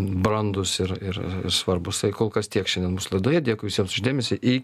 brandūs ir ir svarbūs tai kol kas tiek šiandien mūsų laidoje dėkui visiems už dėmesį iki